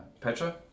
Petra